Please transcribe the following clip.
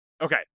Okay